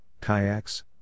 kayaks